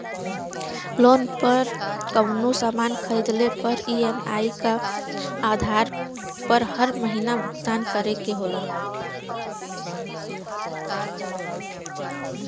loan पर कउनो सामान खरीदले पर ई.एम.आई क आधार पर हर महीना भुगतान करे के होला